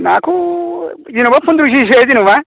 नाखौ जेनेबा फन्द्रह खेजिसो जेनेबा